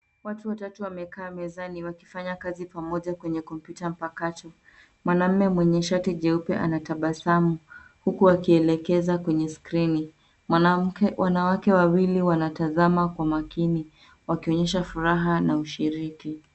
Watu watatu wamekaa mezani wakifanya kazi pamoja kwenye kompyuta mpakato. Mwanamume mwenye shati jeupe anatabasamu huku akielekeza kwenye skrini. Wanawake wawili wanatazama kwa makini wakionyesha furaha na ushiriki.